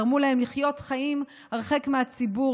גרמו להם לחיות חיים הרחק מהציבור,